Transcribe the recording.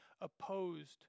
opposed